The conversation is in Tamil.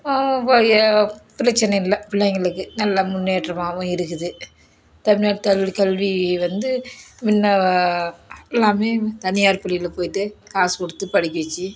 போய் பிரச்சனை இல்லை பிள்ளைங்களுக்கு நல்லா முன்னேற்றமாகவும் இருக்குது தமிழ்நாட்டில் கல்வி வந்து முன்ன எல்லாமே தனியார் பள்ளியில் போயிட்டு காசுக் கொடுத்துப் படிக்க வச்சு